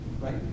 Right